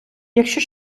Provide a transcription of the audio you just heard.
якщо